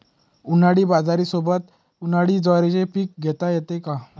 उन्हाळी बाजरीसोबत, उन्हाळी ज्वारीचे पीक घेता येते का?